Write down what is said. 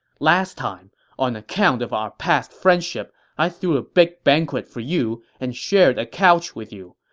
last time, on account of our past friendship, i threw a big banquet for you and shared a couch with you.